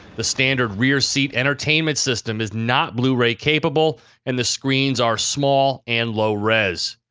the standard rear seat entertainment system is not blu-ray capable and the screens are small and low res.